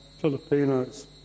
Filipinos